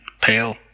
Pale